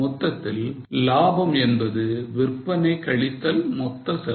மொத்தத்தில் லாபம் என்பது விற்பனை கழித்தல் மொத்த செலவு